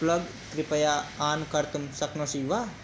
plug कृपया on कर्तुं शक्नोषि वा